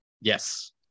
Yes